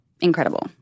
incredible